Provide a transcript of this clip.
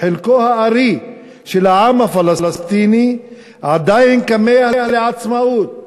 חלק הארי של העם הפלסטיני עדיין כמה לעצמאות